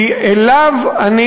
כי אליו אני